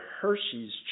Hershey's